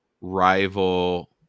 rival